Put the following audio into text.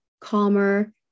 calmer